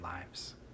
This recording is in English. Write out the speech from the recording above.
lives